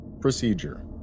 Procedure